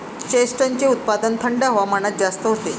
चेस्टनटचे उत्पादन थंड हवामानात जास्त होते